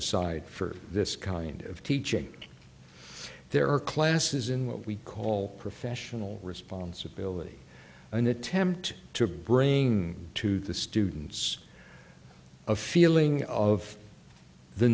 aside for this kind of teaching there are classes in what we call professional responsibility an attempt to bring to the students a feeling of the